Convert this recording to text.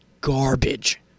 garbage